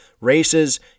races